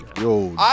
Yo